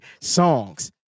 songs